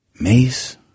Mace